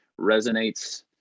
resonates